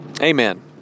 Amen